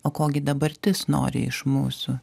o ko gi dabartis nori iš mūsų